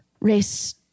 race